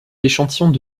l’échantillon